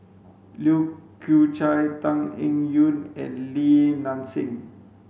Lai Kew Chai Tan Eng Yoon and Li Nanxing